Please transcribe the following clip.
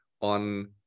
on